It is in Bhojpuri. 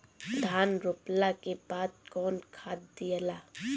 धान रोपला के बाद कौन खाद दियाला?